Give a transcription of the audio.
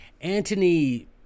Antony